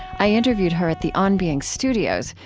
i interviewed her at the on being studios.